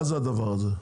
מה זה הדבר הזה?